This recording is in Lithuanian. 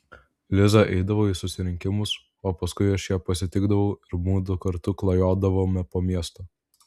liza eidavo į susirinkimus o paskui aš ją pasitikdavau ir mudu kartu klajodavome po miestą